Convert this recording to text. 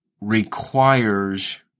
requires